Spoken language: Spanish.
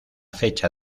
fecha